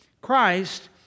Christ